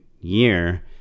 year